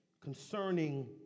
concerning